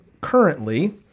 currently